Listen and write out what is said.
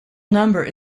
number